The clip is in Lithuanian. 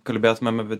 kalbėtumėm apie